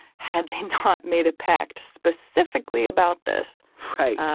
had they not made a pact specifically about this right.